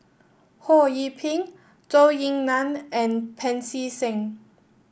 Ho Yee Ping Zhou Ying Nan and Pancy Seng